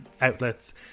outlets